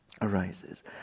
arises